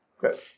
good